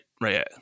right